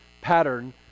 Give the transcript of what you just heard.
pattern